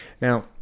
now